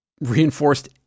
reinforced